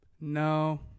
no